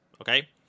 Okay